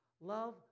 Love